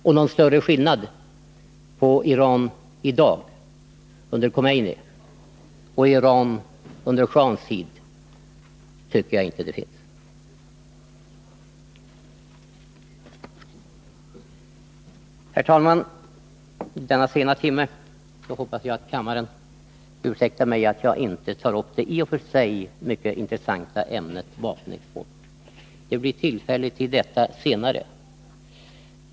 Och någon större skillnad på Iran i dag under Khomeini och Iran under shahens tid tycker jag inte att det finns. Herr talman! I denna sena timme hoppas jag att kammaren ursäktar mig att jag inte tar upp det i och för sig mycket intressanta ämnet vapenexport; det blir tillfälle till det framöver.